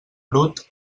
brut